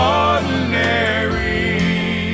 ordinary